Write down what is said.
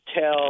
tell